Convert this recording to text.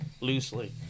loosely